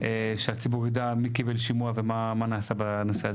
שהציבור יידע מי קיבל שימוע ומה נעשה בנושא הזה.